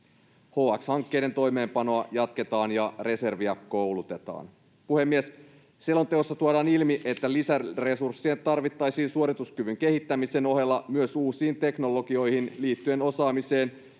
HX-hankkeiden toimeenpanoa jatketaan ja reserviä koulutetaan. Puhemies! Selonteossa tuodaan ilmi, että lisäresurssia tarvittaisiin suorituskyvyn kehittämisen ohella myös uusiin teknologioihin liittyen osaamiseen,